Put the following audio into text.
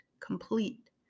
complete